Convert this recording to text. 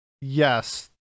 yes